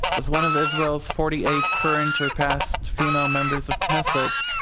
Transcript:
as one of israel's forty eight current or past female members of knesset,